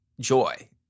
joy